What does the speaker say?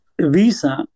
visa